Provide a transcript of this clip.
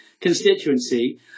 constituency